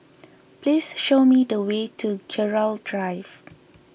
please show me the way to Gerald Drive